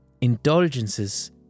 indulgences